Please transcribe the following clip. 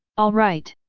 alright.